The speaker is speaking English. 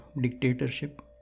dictatorship